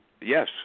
Yes